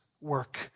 work